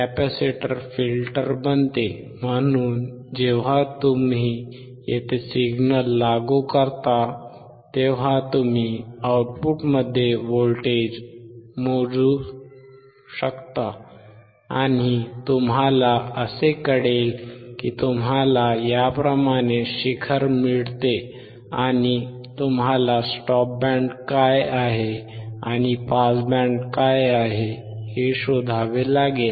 capacitor filter बनते म्हणून जेव्हा तुम्ही येथे सिग्नल लागू करता तेव्हा तुम्ही आउटपुटमध्ये व्होल्टेज मोजू शकता आणि तुम्हाला असे कळेल की तुम्हाला याप्रमाणे शिखर मिळते आणि तुम्हाला स्टॉप बँड काय आहे आणि पास बँड काय आहे हे शोधावे लागेल